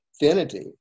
infinity